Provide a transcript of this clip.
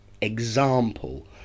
example